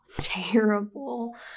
terrible